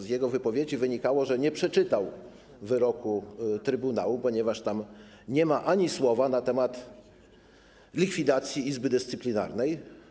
Z jego wypowiedzi wynikało, że nie przeczytał wyroku Trybunału, ponieważ nie ma tam ani słowa na temat likwidacji Izby Dyscyplinarnej.